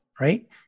Right